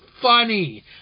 funny